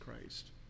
Christ